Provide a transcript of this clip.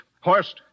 Horst